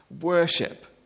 worship